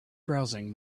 browsing